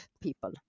people